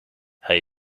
hij